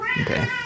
Okay